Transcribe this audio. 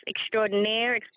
extraordinaire